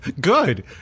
Good